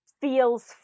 feels